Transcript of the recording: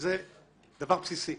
שזה דבר בסיסי.